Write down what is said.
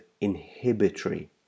inhibitory